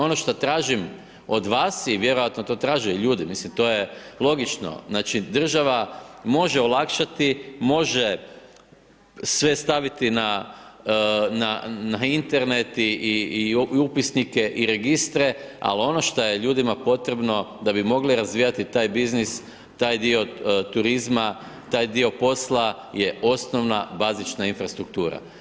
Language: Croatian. Ono šta tražim od vas i vjerojatno to traže i ljudi, mislim to je logično, znači država može olakšati, može sve staviti na Internet i upisnike i registre, ali ono šta je ljudima potrebno da bi mogli razvijati taj biznis, taj dio turizma, taj dio posla je osnovna bazična infrastruktura.